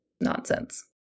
nonsense